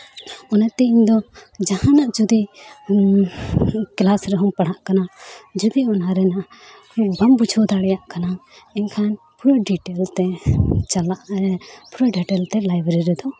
ᱚᱱᱟᱛᱮ ᱤᱧ ᱫᱚ ᱡᱟᱦᱟᱱᱟᱜ ᱡᱩᱫᱤ ᱠᱞᱟᱥ ᱨᱮᱦᱚᱸ ᱯᱟᱲᱦᱟᱜ ᱠᱟᱱᱟ ᱡᱚᱫᱤ ᱚᱱᱟ ᱨᱮᱱᱟᱜ ᱵᱟᱢ ᱵᱩᱡᱷᱟᱹᱣ ᱫᱟᱲᱮᱭᱟᱜ ᱠᱟᱱᱟ ᱮᱱᱠᱷᱟᱱ ᱯᱷᱩᱞ ᱰᱤᱴᱮᱞᱥ ᱛᱮ ᱪᱟᱞᱟᱜ ᱮ ᱯᱩᱨᱟᱹ ᱰᱤᱴᱮᱞ ᱛᱮ ᱞᱟᱭᱵᱨᱮᱨᱤ ᱨᱮᱫᱚ